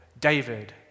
David